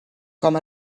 com